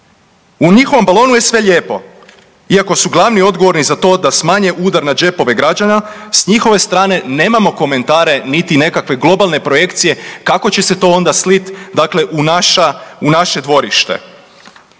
U njihovom balonu je sve lijepo. Iako su glavni i odgovorni za to da smanje udar na džepove građana, s njihove strane nemamo komentare niti nekakve globalne projekcije kako će se to onda slit dakle u naša,